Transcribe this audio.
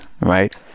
right